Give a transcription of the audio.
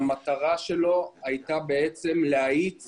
שהמטרה שלו הייתה בעצם להאיץ